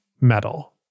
Metal